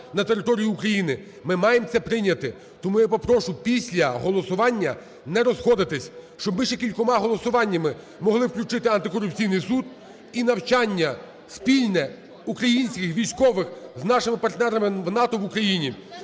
на територію України. Ми маємо це прийняти. Тому я попрошу після голосування не розходитись, щоб ми ще кількома голосуваннями могли включити антикорупційний суд і навчання спільне українських військових з нашими партнерами в НАТО в Україні.